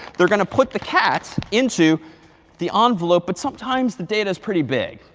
they're going to put the cat into the um envelope. but sometimes, the data is pretty big.